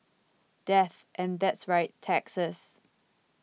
death and that's right taxes